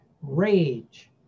rage